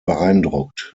beeindruckt